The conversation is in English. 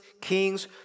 kings